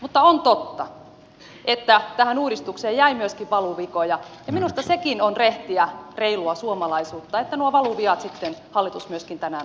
mutta on totta että tähän uudistukseen jäi myöskin valuvikoja ja minusta sekin on rehtiä reilua suomalaisuutta että nuo valuviat sitten hallitus myöskin tänään on korjannut